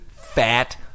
fat